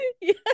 Yes